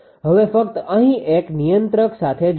હવે ફક્ત અહીં એક નિયંત્રક સાથે જુઓ